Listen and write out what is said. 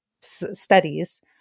studies